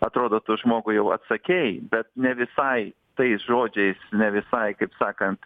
atrodo tu žmogui jau atsakei bet ne visai tais žodžiais ne visai kaip sakant